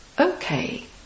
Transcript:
Okay